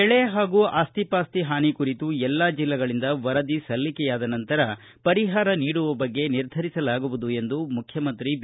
ಬೆಳೆ ಹಾಗೂ ಆಸ್ತಿ ಪಾಸ್ತಿ ಹಾನಿ ಕುರಿತು ಎಲ್ಲಾ ಜಿಲ್ಲೆಗಳಿಂದ ವರದಿ ಸಲ್ಲಿಕೆಯಾದ ನಂತರ ಪರಿಹಾರ ನೀಡುವ ಬಗ್ಗೆ ನಿರ್ಧರಿಸಲಾಗುವುದು ಎಂದು ಮುಖ್ತಮಂತ್ರಿ ಬಿ